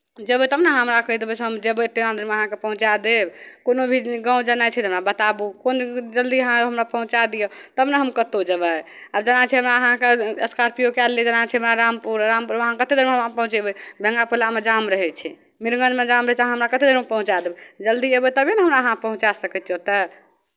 जेबै तब ने अहाँ हमरा कहि देबै से हम जेबै एतेक देरमे हम अहाँकेँ पहुँचा देब कोनो भी गाँव जेनाइ छै तऽ हमरा बताबू कोन जल्दी अहाँ हमरा पहुँचाए दिअ तब ने हम कतहु जेबै आब जेना छै हमरा अहाँके स्कार्पियो कए लेलियै जाना छै हमरा रामपुर रामपुर अहाँ कतेक देरमे उहाँ पहुँचेबै गङ्गा पुलामे जाम रहै छै मीरगंजमे जाम रहै छै अहाँ हमरा कतेक देरमे पहुँचाए देबै जल्दी अयबै तबे ने हमरा अहाँ पहुँचा सकै छियै ओतय